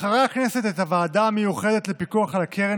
בחרה הכנסת את הוועדה המיוחדת לפיקוח על הקרן